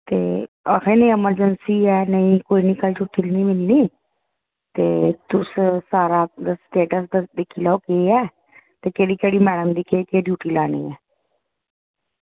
नेईं आक्खदे कल्ल एमरजेंसी ऐ कल्ल कोई छुट्टी निं करनी ते तुस सारा स्टेटस उप्पर दिक्खी लैयो ऐ की केह्की केह्की मैड़म दी केह्की ड्यूट लानी